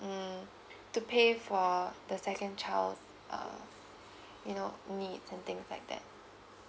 mm to pay for the second child uh you know needs and things like that